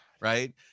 right